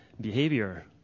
behavior